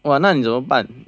哇那你怎么办